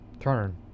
turn